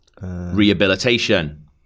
Rehabilitation